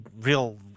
real